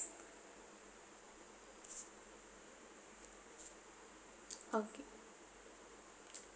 okay